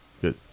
Good